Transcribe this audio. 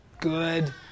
good